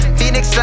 Phoenix